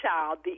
child